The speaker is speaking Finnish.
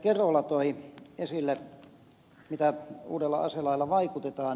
kerola toi esille mitä uudella aselailla vaikutetaan